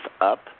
up